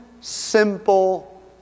simple